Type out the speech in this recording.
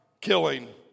killing